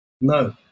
No